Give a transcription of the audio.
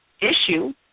issue